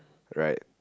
right